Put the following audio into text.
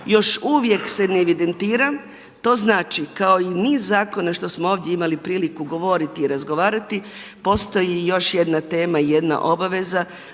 još uvijek se ne evidentira. To znači kao i niz zakona što smo ovdje imali priliku govoriti i razgovarati postoji i još jedna tema, jedna obaveza